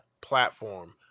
platform